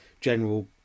general